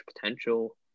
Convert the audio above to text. potential